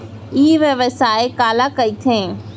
ई व्यवसाय काला कहिथे?